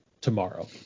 tomorrow